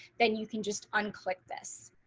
then you can just unclear. this